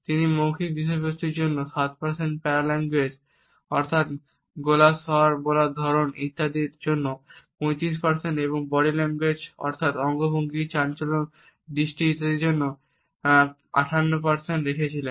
তিনি মৌখিক বিষয়বস্তুর জন্য 7 প্যারা ল্যাঙ্গুয়েজ অর্থাৎ গলার স্বর বলার ধরন ইত্যাদির জন্য 35 এবং বডি ল্যাঙ্গুয়েজ অর্থাৎ অঙ্গভঙ্গি চালচলন চোখের দৃষ্টি ইত্যাদির জন্য 58 রেখেছিলেন